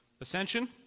Ascension